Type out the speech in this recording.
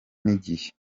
n’igihe